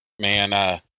Man